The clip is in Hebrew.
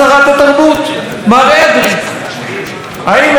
האם אין כאן ניגוד עניינים מובהק?